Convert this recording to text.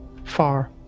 far